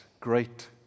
Great